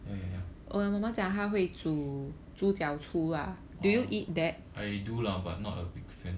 ya ya ya orh I do lah but not a big fan